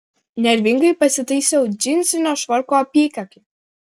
nervingai pasitaisiau džinsinio švarko apykaklę